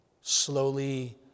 slowly